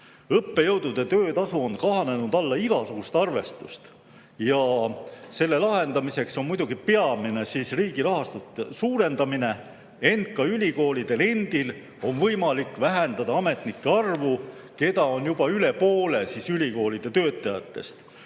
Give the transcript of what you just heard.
Õppejõudude töötasu on kahanenud alla igasugust arvestust. Selle lahendamiseks on muidugi peamine riigi rahastuse suurendamine, ent ka ülikoolidel endil on võimalik vähendada ametnike arvu – ametnikud moodustavad juba üle poole ülikoolide töötajatest